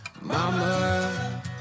Mama